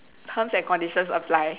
terms and conditions apply